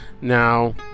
now